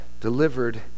Delivered